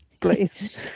Please